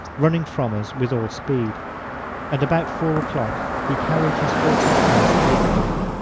running from us with all speed and about four o'clock he carried his foretopmast overboard.